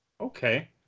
okay